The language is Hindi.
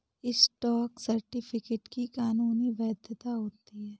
स्टॉक सर्टिफिकेट की कानूनी वैधता होती है